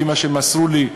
לפי מה שמסרו לי,